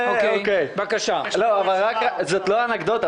זאת לא האנקדוטה.